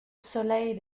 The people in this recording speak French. soleil